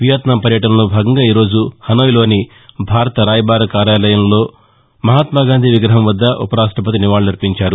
Vietnam పర్యటనలో భాగంగా ఈ రోజు హనోయ్లోని భారత రాయబార కార్యాలయ ఆవరణలోని మహాత్మాగాంధీ విగ్రహం వద్ద ఉప రాష్టపతి నివాళులర్పించారు